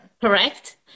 correct